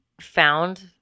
found